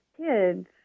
kids